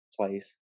place